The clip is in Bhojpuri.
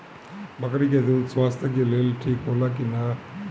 बकरी के दूध स्वास्थ्य के लेल ठीक होला कि ना?